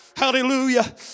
Hallelujah